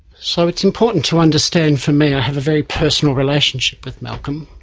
so it's important to understand for me, i have a very personal relationship with malcolm.